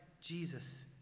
Jesus